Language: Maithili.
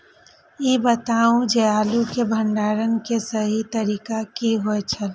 ई बताऊ जे आलू के भंडारण के सही तरीका की होय छल?